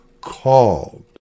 called